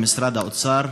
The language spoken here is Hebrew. במשרד האוצר,